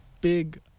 big